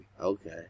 Okay